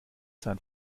sein